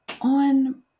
on